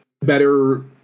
better